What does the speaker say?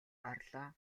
орлоо